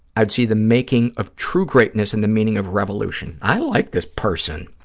i'd see the making of true greatness and the meaning of revolution. i like this person,